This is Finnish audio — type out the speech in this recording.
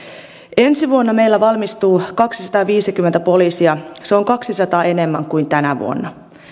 ensi vuonna meillä valmistuu kaksisataaviisikymmentä poliisia se on kahdensadan enemmän kuin tänä vuonna